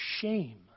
shame